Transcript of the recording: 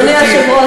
אדוני היושב-ראש,